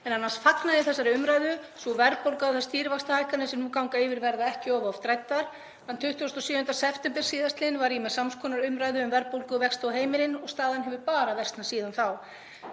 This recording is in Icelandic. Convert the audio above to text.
En annars fagna ég þessari umræðu. Sú verðbólga og þær stýrivaxtahækkanir sem nú ganga yfir verða ekki of oft ræddar. Þann 27. september sl. var ég með sams konar umræðu um verðbólgu og vexti og heimilin og staðan hefur bara versnað síðan þá.